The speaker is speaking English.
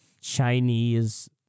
Chinese